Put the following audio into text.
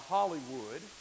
Hollywood